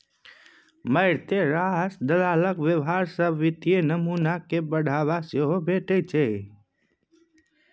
मारिते रास दलालक व्यवहार सँ वित्तीय नमूना कए बढ़ावा सेहो भेटै छै